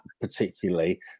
particularly